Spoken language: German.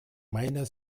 meiner